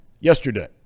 yesterday